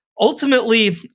ultimately